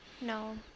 No